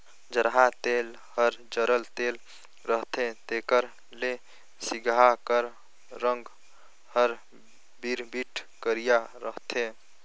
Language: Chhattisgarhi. जरहा तेल हर जरल तेल रहथे तेकर ले सिगहा कर रग हर बिरबिट करिया रहथे